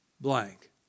blank